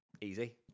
Easy